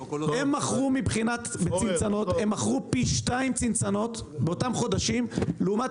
מבחינת צנצנות הם מכרו פי שניים צנצנות באותם חודשים לעומת